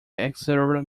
exeter